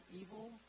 evil